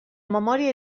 memòria